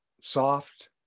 soft